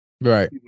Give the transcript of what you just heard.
Right